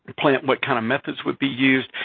to plan what kind of methods would be used?